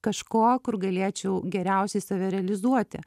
kažko kur galėčiau geriausiai save realizuoti